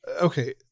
Okay